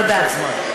תודה.